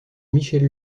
michel